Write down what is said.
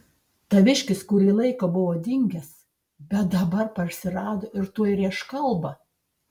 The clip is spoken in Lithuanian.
taviškis kurį laiką buvo dingęs bet dabar parsirado ir tuoj rėš kalbą